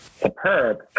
superb